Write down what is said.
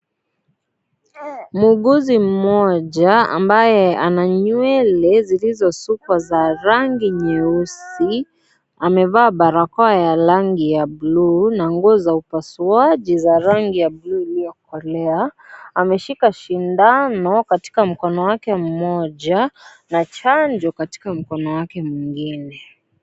Muuguzi mmoja ambaye ana nywele zilizosukwa za rangi nyeusi amevaa barakoa ya rangi ya blue na nguo za upasuaji za rangi ya bluu iliyokolea, ameshika sindano katika mkono wake moja na chanjo katika mkono wake mwingine.